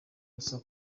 gusa